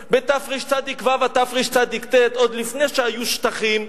בתרצ"ו, בתרצ"ט, עוד לפני שהיו שטחים,